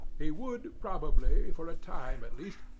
he would, probably, for a time at least,